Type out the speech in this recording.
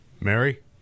Mary